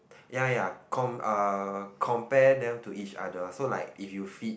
ya ya com~ uh compare them to each other so like if you feed